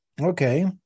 Okay